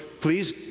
please